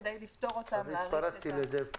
כדי לפטור אותם להאריך את --- אז התפרצתי לדלת פתוחה.